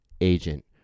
agent